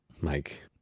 Mike